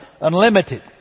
Unlimited